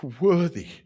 worthy